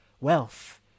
wealth